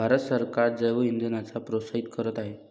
भारत सरकार जैवइंधनांना प्रोत्साहित करीत आहे